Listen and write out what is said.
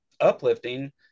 uplifting